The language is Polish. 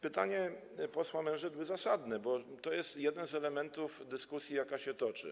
Pytanie posła Mężydły, zasadne, bo to jest jeden z elementów dyskusji, jaka się toczy.